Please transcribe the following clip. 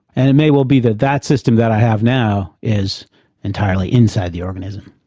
and it may well be that that system that i have now is entirely inside the organism.